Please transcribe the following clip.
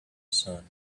son